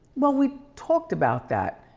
well we talked about that.